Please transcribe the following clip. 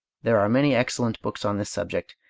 there are many excellent books on this subject.